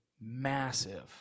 massive